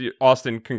Austin